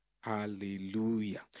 Hallelujah